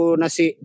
nasi